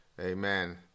Amen